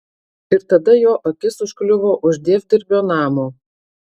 ir tada jo akis užkliuvo už dievdirbio namo